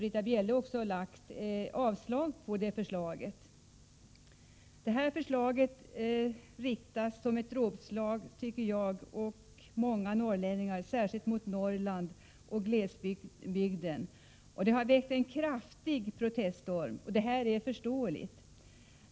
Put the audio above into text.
Jag och många norrlänningar tycker att detta förslag riktas som ett dråpslag särskilt mot Norrland och glesbygden, och det har väckt en kraftig proteststorm. Detta är förståeligt.